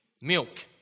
milk